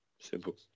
Simple